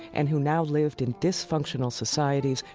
and who now lived in dysfunctional societies,